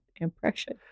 impression